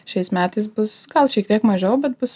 šiais metais bus gal šiek tiek mažiau bet bus